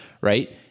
right